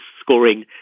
scoring